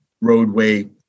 roadway